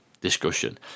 discussion